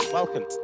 Welcome